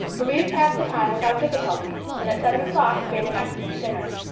louise passed the time without difficulty, and at seven o'clock made an excellent dinner.